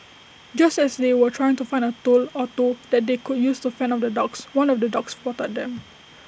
just as they were trying to find A tool or two that they could use to fend off the dogs one of the dogs spotted them